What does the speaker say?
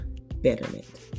betterment